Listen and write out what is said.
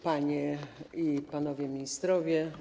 Panie i Panowie Ministrowie!